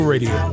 Radio